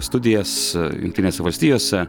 studijas jungtinėse valstijose